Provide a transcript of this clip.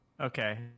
Okay